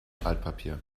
altpapier